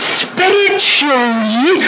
spiritually